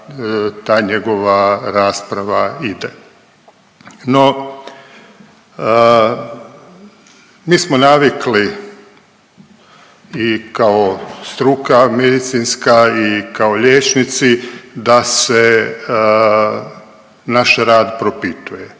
ta njegova rasprava ide. No, mi smo navikli i kao struka medicinska i kao liječnici da se naš rad propituje.